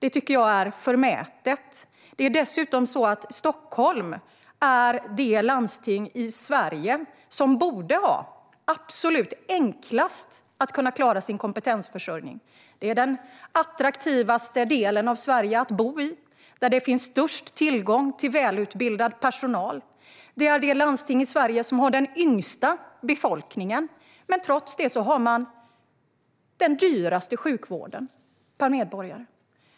Stockholm är dessutom det landsting i Sverige som borde ha absolut enklast att kunna klara sin kompetensförsörjning. Det är den attraktivaste delen av Sverige att bo i, och det är där det finns störst tillgång till välutbildad personal. Det är det landsting i Sverige som har den yngsta befolkningen, men trots det har man den dyraste sjukvården per medborgare.